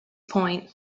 point